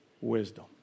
wisdom